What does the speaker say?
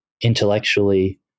intellectually